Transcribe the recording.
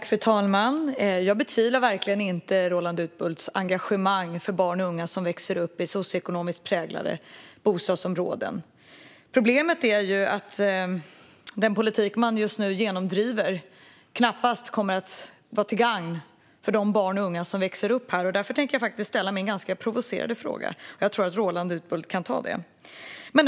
Fru talman! Jag betvivlar verkligen inte Roland Utbults engagemang för barn och unga som växer upp i socioekonomiskt utsatta bostadsområden. Problemet är att den politik som nu drivs igenom knappast kommer att vara till gagn för de barn och unga som växer upp där. Därför tänker jag faktiskt ställa min ganska provocerande fråga, som jag tror att Roland Utbult kan ta.